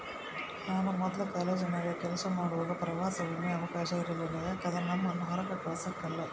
ನಾನು ಮೊದ್ಲು ಕಾಲೇಜಿನಾಗ ಕೆಲಸ ಮಾಡುವಾಗ ಪ್ರವಾಸ ವಿಮೆಯ ಅವಕಾಶವ ಇರಲಿಲ್ಲ ಯಾಕಂದ್ರ ನಮ್ಮುನ್ನ ಹೊರಾಕ ಕಳಸಕಲ್ಲ